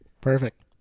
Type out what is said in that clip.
Perfect